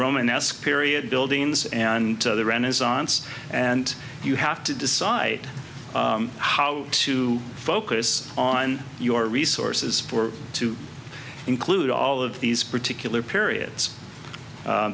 romanesque period buildings and the renaissance and you have to decide how to focus on your resources for to include all of these particular periods